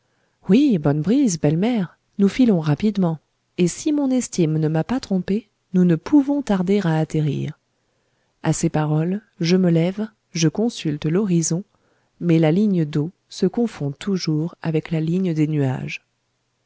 oui bonne brise belle mer nous filons rapidement et si mon estime ne m'a pas trompé nous ne pouvons tarder à atterrir à ces paroles je me lève je consulte l'horizon mais la ligne d'eau se confond toujours avec la ligne des nuages